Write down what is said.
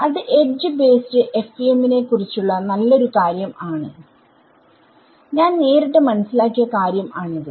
അത് edge based FEM നെ കുറിച്ചുള്ള നല്ല ഒരു കാര്യം ആണ് ഞാൻ നേരിട്ട് മനസ്സിലാക്കിയ കാര്യം ആണിത്